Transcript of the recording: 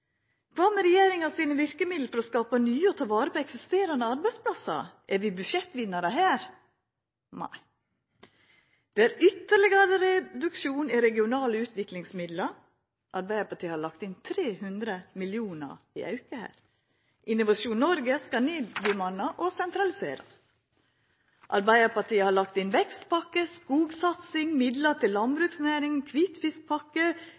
Kva med regjeringa sine verkemiddel for å skapa nye og ta vare på eksisterande arbeidsplassar, er vi budsjettvinnarar her? – Nei, det er ytterlegare reduksjon i regionale utviklingsmidlar, Arbeidarpartiet har lagt inn 300 mill. kr i auke her. Innovasjon Noreg skal nedbemanna og sentraliserast. Arbeiderpartiet har lagt inn vekstpakke, skogsatsing, midlar til